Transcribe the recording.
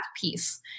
piece